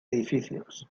edificios